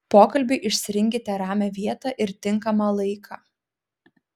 pokalbiui išsirinkite ramią vietą ir tinkamą laiką